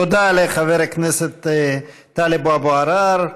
תודה לחבר הכנסת טלב אבו עראר.